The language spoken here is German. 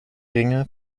ringe